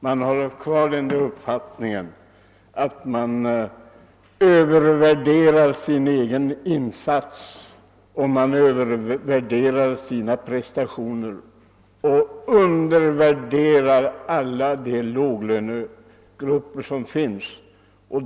Man har övervärderat sin egna insatser och prestationer och därigenom undervärderat det arbete som görs av låglönegrupperna.